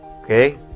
Okay